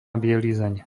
bielizeň